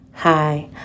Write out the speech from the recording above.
Hi